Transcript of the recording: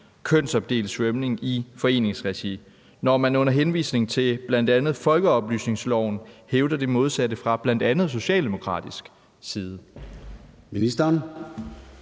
kønsopdelt svømning i foreningsregi, når man under henvisning til folkeoplysningsloven hævder det modsatte fra bl.a. socialdemokratisk side?